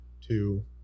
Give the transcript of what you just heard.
two